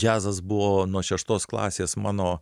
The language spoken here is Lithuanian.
džiazas buvo nuo šeštos klasės mano